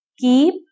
Keep